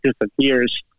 disappears